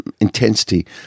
intensity